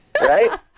right